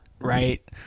right